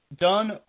done